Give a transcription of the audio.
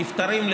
נפטרים,